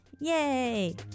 Yay